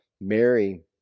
Mary